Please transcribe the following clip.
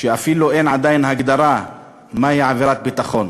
שאפילו אין עדיין הגדרה מהי עבירת ביטחון,